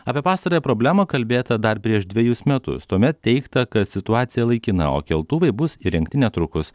apie pastarąją problemą kalbėta dar prieš dvejus metus tuomet teigta kad situacija laikina o keltuvai bus įrengti netrukus